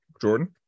Jordan